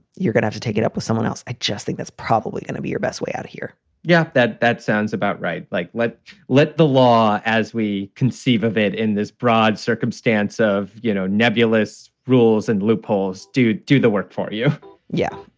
you're gonna have to take it up with someone else. i just think that's probably gonna be your best way out here yeah, that that sounds about right. like, let let the law, as we conceive of it in this broad circumstance of, you know, nebulous rules and loopholes. do do the work for you yeah.